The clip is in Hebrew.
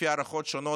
לפי הערכות שונות,